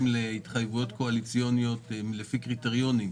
להתחייבויות קואליציוניות לפי קריטריונים,